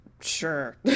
sure